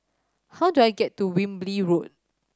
how do I get to Wilby Road